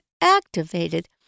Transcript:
activated